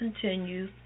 continue